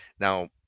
Now